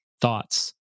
thoughts